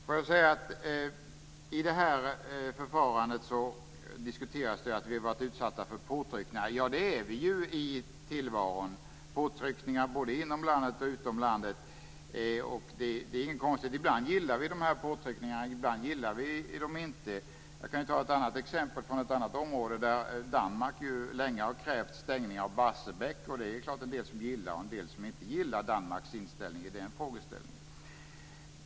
Det diskuteras att vi i förfarandet har varit utsatta för påtryckningar. Det är vi ju i tillvaron. Det är påtryckningar både utom landet och inom landet. Det är inget konstigt. Ibland gillar vi påtryckningarna och ibland gillar vi dem inte. Jag kan ta ett exempel från ett annat område. Danmark har länge krävt en stängning av Barsebäck. Det är klart att det är en del som gillar och en del som inte gillar Danmarks inställning i den frågan.